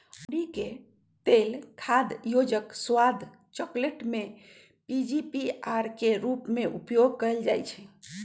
अंडिके तेल खाद्य योजक, स्वाद, चकलेट में पीजीपीआर के रूप में उपयोग कएल जाइछइ